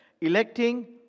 Electing